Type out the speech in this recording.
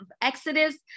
Exodus